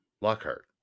Lockhart